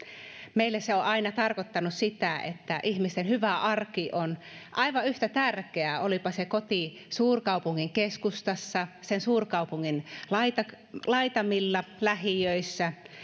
meille se on aina tarkoittanut sitä että ihmisten hyvä arki on aivan yhtä tärkeä olipa se koti suurkaupungin keskustassa sen suurkaupungin laitamilla laitamilla lähiöissä